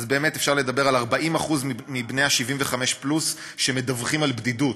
אז באמת אפשר לדבר על 40% מבני ה-75 פלוס שמדווחים על בדידות,